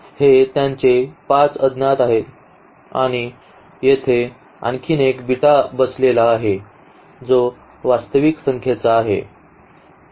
तर हे त्यांचे 5 अज्ञात आहेत आणि येथे आणखी एक बीटा बसलेला आहे जो या वास्तविक संख्येचा आहे